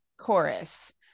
chorus